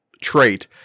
trait